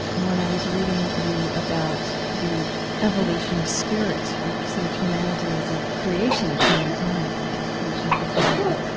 when i was reading you about the evolution of spirit, of sort of humanity as a creation of humankind and a creation of the brain,